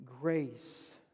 Grace